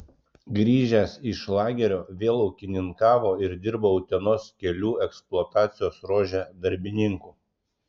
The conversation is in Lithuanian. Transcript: grįžęs iš lagerio vėl ūkininkavo ir dirbo utenos kelių eksploatacijos ruože darbininku